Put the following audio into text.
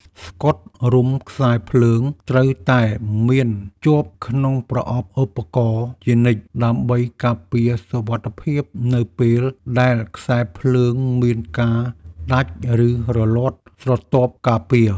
ស្កុតរុំខ្សែភ្លើងត្រូវតែមានជាប់ក្នុងប្រអប់ឧបករណ៍ជានិច្ច ដើម្បីការពារសុវត្ថិភាពនៅពេលដែលខ្សែភ្លើងមានការដាច់ ឬរលាត់ស្រទាប់ការពារ។